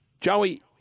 Joey